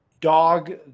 dog